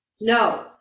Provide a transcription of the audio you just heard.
No